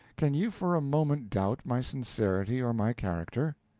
can you for a moment doubt my sincerity or my character?